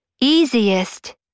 easiest